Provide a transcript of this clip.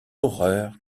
horreur